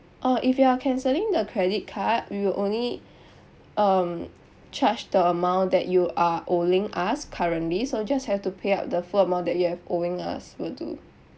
orh if you are cancelling the credit card we will only um charge the amount that you are owing us currently so just have to pay up the full amount that you have owing us will do